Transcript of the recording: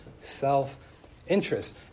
self-interest